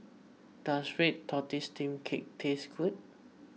does Red Tortoise Steamed Cake taste good